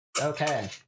Okay